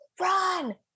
run